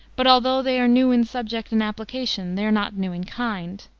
but although they are new in subject and application they are not new in kind.